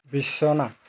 বিছনা